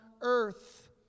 earth